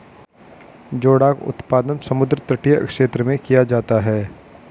जोडाक उत्पादन समुद्र तटीय क्षेत्र में किया जाता है